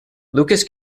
lucas